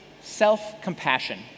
self-compassion